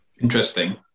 Interesting